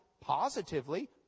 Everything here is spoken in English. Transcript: positively